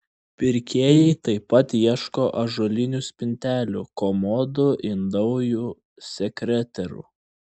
pirkėjai taip pat ieško ąžuolinių spintelių komodų indaujų sekreterų